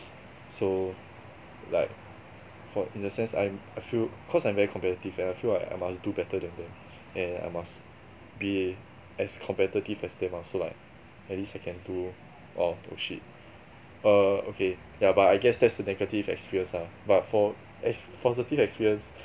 so like for in a sense I'm I feel cause I'm very competitive and I feel like I must do better than them and I must be as competitive as them ah so like at least I can do !wow! bullshit err okay ya but I guess that's the negative experience lah but for ex positive experience